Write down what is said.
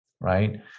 right